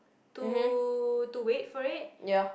to to wait for it